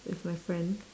with my friend